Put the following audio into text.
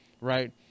right